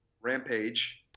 rampage